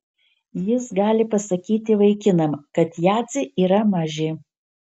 jis gali pasakyti vaikinam kad jadzė yra mažė